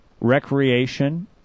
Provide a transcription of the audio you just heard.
recreation